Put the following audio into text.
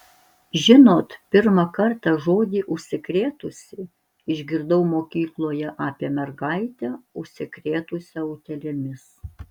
žinot pirmą kartą žodį užsikrėtusi išgirdau mokykloje apie mergaitę užsikrėtusią utėlėmis